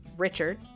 Richard